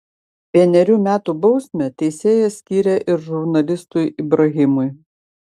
vienerių metų bausmę teisėjas skyrė ir žurnalistui ibrahimui